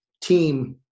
team